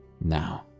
Now